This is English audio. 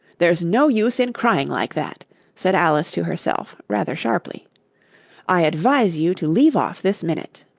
there's no use in crying like that said alice to herself, rather sharply i advise you to leave off this minute